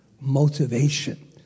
Motivation